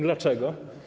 Dlaczego?